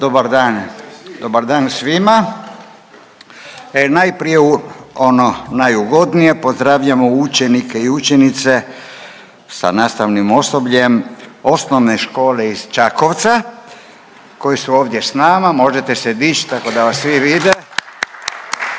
Dobar dan svima! Najprije ono najugodnije. Pozdravljamo učenike i učenice sa nastavnim osobljem osnovne škole iz Čakovca koji su ovdje sa nama. Možete se dići tako da vas svi vide.